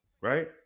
Right